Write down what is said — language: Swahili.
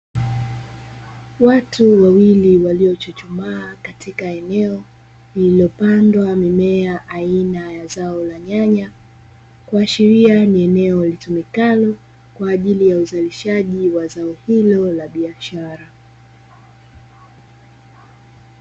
Watu wawili waliochuchumaa katika eneo lililopandwa mimea aina ya zao la nyanya, kuashiria ni eneo litumikalio kwa ajili ya uzalishaji wa zao hilo la biashara.